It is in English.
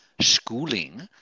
Schooling